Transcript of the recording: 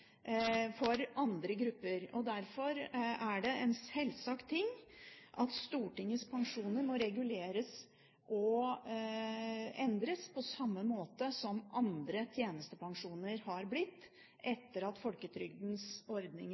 for andre grupper. Derfor er det en sjølsagt ting at Stortingets pensjoner må reguleres og endres på samme måte som andre tjenestepensjoner har blitt, etter at folketrygdens ordninger